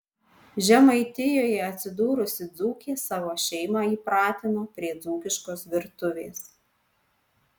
žemaitijoje atsidūrusi dzūkė savo šeimą įpratino prie dzūkiškos virtuvės